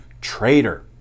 traitor